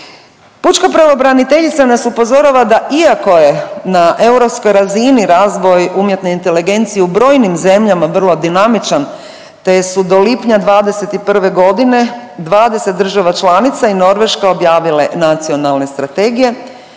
Pučka pravobraniteljica nas upozorava da iako je na europskoj razini razvoj umjetne inteligencije u brojnim zemljama vrlo dinamičan te su do lipnja '21.g. 20 država članica i Norveška objavile nacionalne strategije,